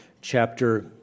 chapter